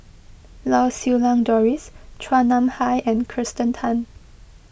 Lau Siew Lang Doris Chua Nam Hai and Kirsten Tan